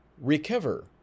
recover